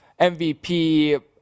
MVP